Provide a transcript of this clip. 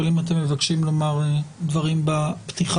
אבל אם אתם מבקשים לומר דברים בפתיחה,